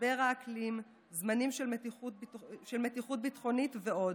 משבר האקלים, זמנים של מתיחות ביטחונית ועוד.